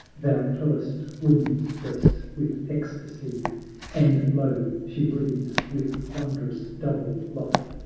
thou thrillest woman's breast with ecstacy and lo! she breathes with wondrous double life.